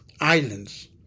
islands